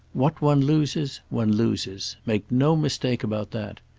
what one loses one loses make no mistake about that.